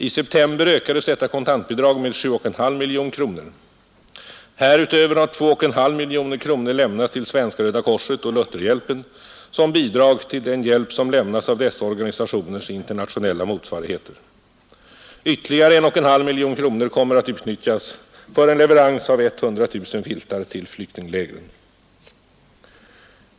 I september ökades detta kontantbidrag med 7,5 miljoner kronor, Härutöver har 2,5 miljoner kronor lämnats till Svenska röda korset och Lutherhjälpen som bidrag till den hjälp som lämnas av dessa organisationers internationella motsvarig heter. Ytterligare 1,5 miljoner kronor kommer att utnyttjas för en leverans av 100 000 filtar till flyktinglägren.